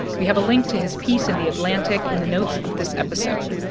we have a link to his piece in the atlantic in the notes of this episode,